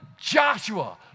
Joshua